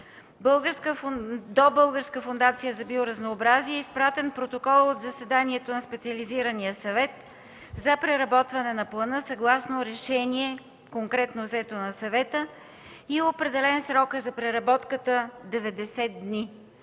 до Българската фондация „Биоразнообразие” е изпратен протокол от заседанието на специализирания съвет за преработване на плана взето конкретно решение на Съвета и е определен срокът за преработката – 90 дни